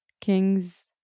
king's